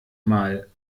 mal